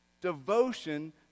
Devotion